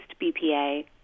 BPA